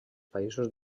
països